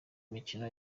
mikino